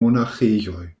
monaĥejoj